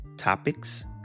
topics